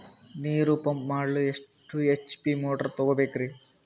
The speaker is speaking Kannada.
ನೀರು ಪಂಪ್ ಮಾಡಲು ಎಷ್ಟು ಎಚ್.ಪಿ ಮೋಟಾರ್ ತಗೊಬೇಕ್ರಿ?